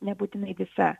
nebūtinai visa